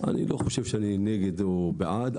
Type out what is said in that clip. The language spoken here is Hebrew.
אני לא חושב שאני נגד או בעד,